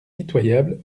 pitoyable